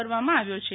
કરવામાં આવ્યો છે